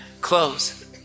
close